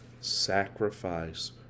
sacrifice